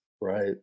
right